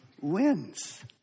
wins